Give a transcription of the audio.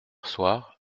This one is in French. soir